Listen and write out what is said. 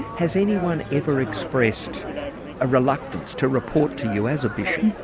has anyone ever expressed a reluctance to report to you as a bishop?